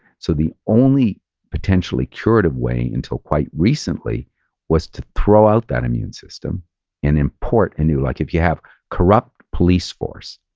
so the only potentially curative way until quite recently was to throw out that immune system and import a new, like if you have corrupt police force,